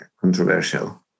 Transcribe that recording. controversial